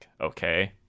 okay